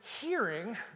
hearing